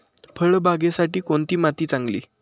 फळबागेसाठी कोणती माती चांगली?